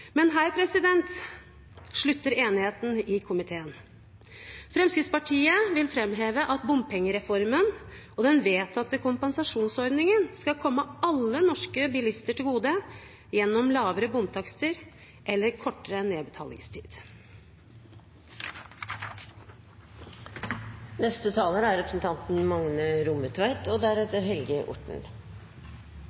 Men her slutter enigheten i komiteen. Fremskrittspartiet vil framheve at bompengereformen og den vedtatte kompensasjonsordningen skal komme alle norske bilister til gode gjennom lavere bomtakster eller kortere nedbetalingstid. Me er